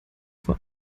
vor